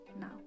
now